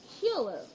killer